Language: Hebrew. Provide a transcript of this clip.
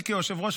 שלי כיושב-ראש,